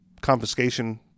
confiscation